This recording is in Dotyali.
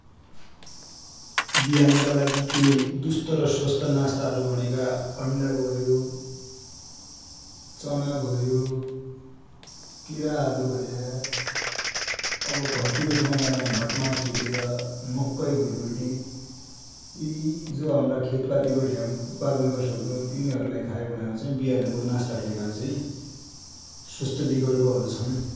बिहान को लागि केइ दुस्त र स्वस्थ खाने कुरा हरु भनेको अन्डा भयो, चना भयो, केराहरु भया ,अब घरतिर छौ भन्या भट्मास भुटेर, मकै भुटबटी, यि यि जो हमरा खेतपाति बठे उत्पादन गर्सक्दौ । तिनि हरु लाइ खायो भन्या पछा चाइ बिहान को नस्ता कि लेखा चाइ स्वोस्थ बिकल्प हरु छन।